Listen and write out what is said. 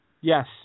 Yes